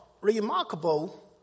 remarkable